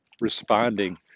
responding